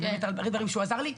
היו דברים שהוא עזר לי.